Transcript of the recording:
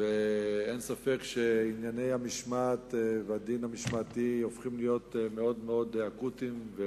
ואין ספק שענייני המשמעת והדין המשמעתי הופכים להיות מאוד אקוטיים.